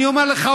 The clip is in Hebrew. אני אומר לך,